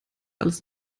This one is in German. alles